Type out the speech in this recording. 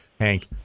Hank